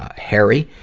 harry.